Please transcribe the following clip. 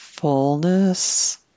Fullness